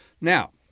Now